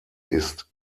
ist